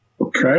Okay